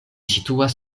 situas